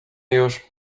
już